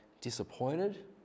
disappointed